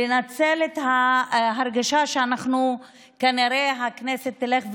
לנצל את ההרגשה שכנראה הכנסת תלך,